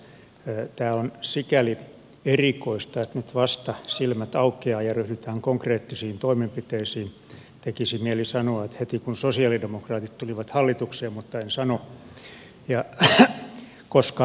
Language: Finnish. tämä on sikäli erikoista että nyt vasta silmät aukeavat ja ryhdytään konkreettisiin toimenpiteisiin tekisi mieli sanoa että heti kun sosialidemokraatit tulivat hallitukseen mutta en sano